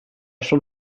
schon